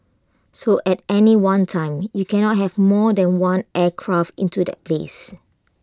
so at any one time you cannot have more than one aircraft into that place